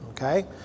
Okay